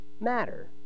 matter